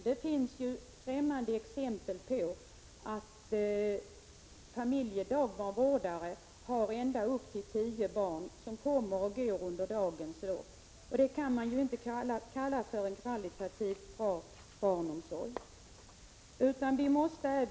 Det finns skrämmande exempel på att dagbarnvårdare har ända upp till tio barn som kommer och går under dagens lopp. Det kan inte kallas en kvalitativt bra barnomsorg.